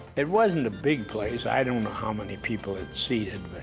it wasn't a big place. i don't know how many people it seated.